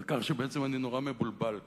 על כך שבעצם אני נורא מבולבל כאן,